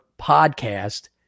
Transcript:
podcast